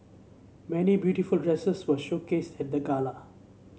many beautiful dresses were showcased at the gala